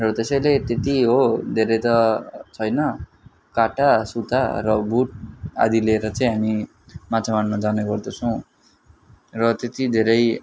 र त्यसैले त्यति हो धेरै त छैन काँटा सुता र बुट आदि लिएर चाहिँ हामी माछा मार्न जाने गर्दछौँ र त्यति धेरै